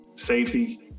safety